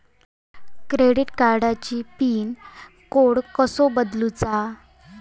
Credit कार्डची pin code कसो बदलुचा?